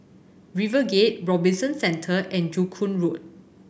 RiverGate Robinson Centre and Joo Koon Road